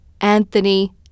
Anthony